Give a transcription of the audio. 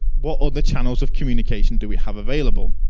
what all the channels of communication do we have available?